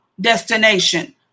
destination